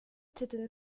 titel